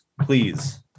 Please